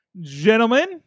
gentlemen